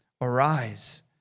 Arise